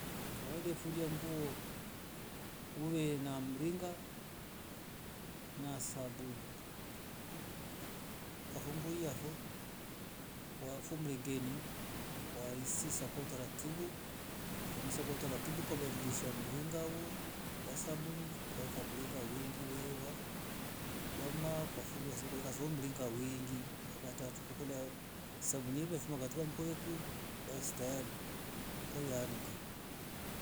Kawaida yejulia nguo uwe na mringa na sabuni ukaika fo mringeni ukaisisa kwa utaratibu ukabadilisha mringa woo ukamaa ukafulua ukaekase mringa uwingi wa katatu ukasakwa sabuni yo imefuma piuh katika nguo ya si tayari weianikaa.